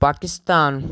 Pakistan